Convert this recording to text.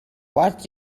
what